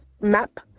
map